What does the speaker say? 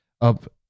up